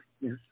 yes